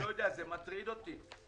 אני לא יודע, זה מטריד אותי.